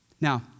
Now